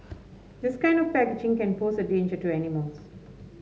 this kind of packaging can pose a danger to animals